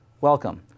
Welcome